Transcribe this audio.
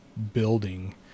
building